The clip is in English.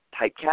typecast